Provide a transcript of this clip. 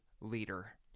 leader